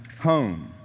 home